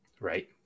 Right